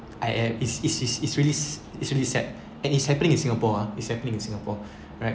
I am is is is is reallys~ really sad and it's happening in singapore ah it's happening in singapore